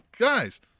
guys